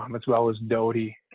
um as well as doty,